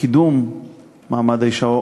לקידום מעמד האישה,